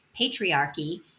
patriarchy